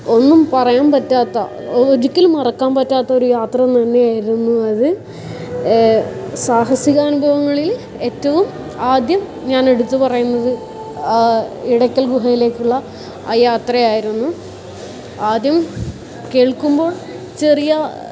ഒന്നും പറയാൻ പറ്റാത്ത ഒരിക്കലും മറക്കാൻ പറ്റാത്ത ഒരു യാത്ര തന്നെ ആയിരുന്നു അത് സാഹസികാനുഭവങ്ങളിൽ ഏറ്റവും ആദ്യം ഞാൻ എടുത്ത് പറയുന്നത് ആ എടക്കൽ ഗുഹയിലേക്കുള്ള ആ യാത്രയായിരുന്നു ആദ്യം കേൾക്കുമ്പോൾ ചെറിയ